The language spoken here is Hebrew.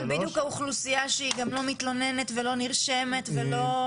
בדיוק האוכלוסייה שהיא גם לא מתלוננת ולא נרשמת ולא.